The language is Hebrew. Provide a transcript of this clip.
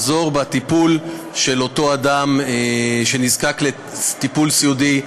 ומטרתה לעזור בטיפול באותו אדם שנזקק לטיפול סיעודי,